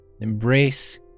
Embrace